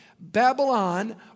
Babylon